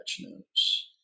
notes